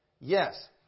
Yes